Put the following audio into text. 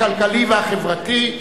הכלכלי והחברתי.